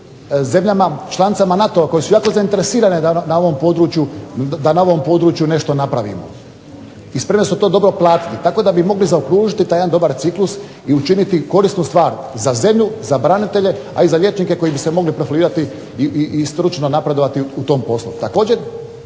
zemljama članicama NATO-a koje su jako zainteresirane da na ovom području nešto napravimo, i spremne su to dobro platiti, tako da bi mogli zaokružiti taj jedan dobar ciklus i učiniti korisnu stvar za zemlju, za branitelje, a i za liječnike koji bi se mogli profilirati i stručno napredovati u tom poslu.